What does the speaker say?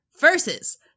versus